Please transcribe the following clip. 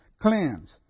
cleanse